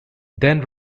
then